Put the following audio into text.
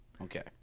Okay